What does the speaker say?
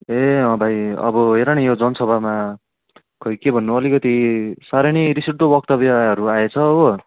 ए अँ भाइ हेरन यो जनसभामा खोइ के भन्नु अलिकति साह्रै नै रिस उठ्दो वक्तव्यहरू आएछ हो